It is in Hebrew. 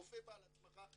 רופא בעל הסמכה,